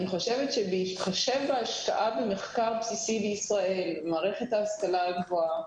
אני חושבת שבהתחשב בהשקעה במחקר בסיסי בישראל במערכת ההשכלה הגבוהה